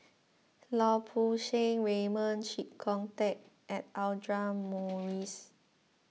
Lau Poo Seng Raymond Chee Kong Tet and Audra Morrice